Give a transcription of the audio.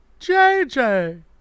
JJ